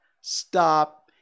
stop